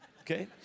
Okay